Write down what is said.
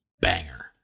banger